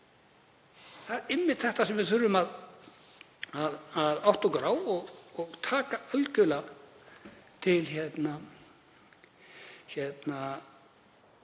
Það er einmitt þetta sem við þurfum að átta okkur á og taka algjörlega til greina hérna,